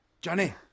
Johnny